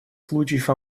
случаев